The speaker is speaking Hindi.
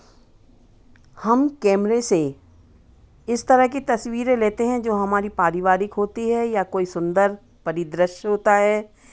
हम कैमरे से इस तरह की तस्वीरें लेते हैं जो हमारी पारिवारिक होती है या कोई सुंदर परिदृश्य होता है